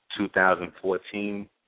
2014